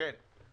כן.